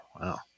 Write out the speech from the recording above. wow